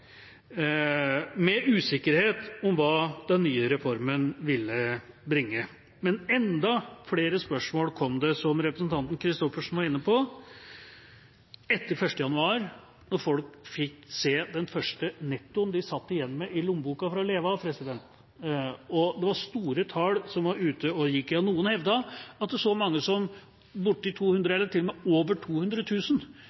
med usikkerhet om hva den nye reformen ville bringe. Men enda flere spørsmål kom det, som representanten Christoffersen var inne på, etter 1. januar, da folk fikk se den første nettoen de satt igjen med i lommeboka til å leve av. Det var store tall som var ute og gikk – ja, noen hevdet at så mange som bortimot 200 000, eller til og med over